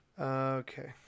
Okay